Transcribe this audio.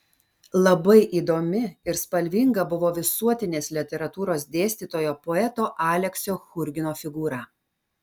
labai įdomi ir spalvinga buvo visuotinės literatūros dėstytojo poeto aleksio churgino figūra